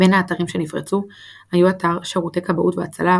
בין האתרים שנפרצו היו אתר שירותי כבאות והצלה,